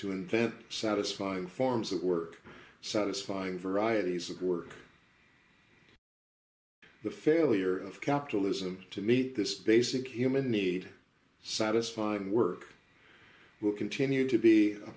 to invent satisfying forms that work satisfying varieties of work the failure of capitalism to meet this basic human need satisfying work will continue to be a